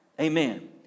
Amen